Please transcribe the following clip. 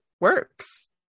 works